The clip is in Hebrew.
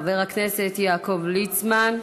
חבר הכנסת יעקב ליצמן,